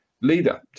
leader